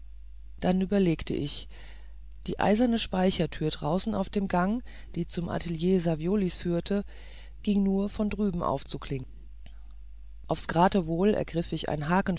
dann überlegte ich die eiserne speichertüre draußen auf dem gang die zum atelier saviolis führte ging nur von drüben aufzuklinken aufs geratewohl ergriff ich